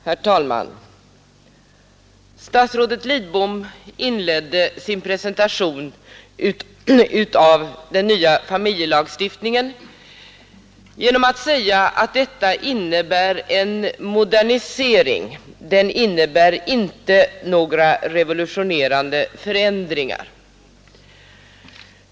Herr talman! Statsrådet Lidbom inleder sin presentation av den nya familjelagstiftningen med att säga att förslaget innebär en modernisering, inte några revolutionerande förändringar.